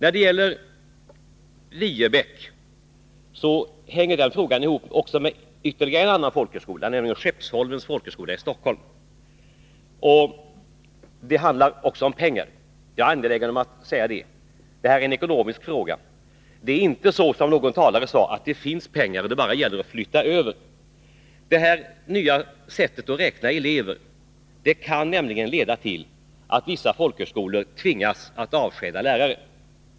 Frågan om Viebäck hänger samman med frågan om en annan folkhögskola, nämligen Skeppsholmens folkhögskola i Stockholm. Jag är angelägen om att framhålla att detta är en ekonomisk fråga. Det är inte så, som någon talare påstod, att det finns pengar och att det bara gäller att flytta över dem. Det nya sättet att räkna elever kan nämligen leda till att vissa folkhögskolor tvingas att avskeda lärare.